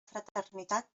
fraternitat